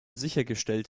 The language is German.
sichergestellt